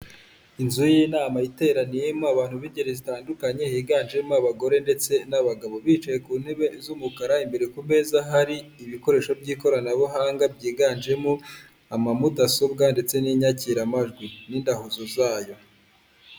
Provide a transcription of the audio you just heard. Inzu y'inama iteraniyemo abantu b'ingeri zitandukanye higanjemo abagore ndetse n'abagabo, bicaye ku ntebe z'umukara, imbere ku meza hari ibikoresho by'ikoranabuhanga byiganjemo ama mudasobwa, ndetse n'inyakiramajwi, n'indahuzo zayo.